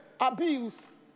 Abuse